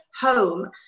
home